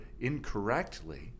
incorrectly—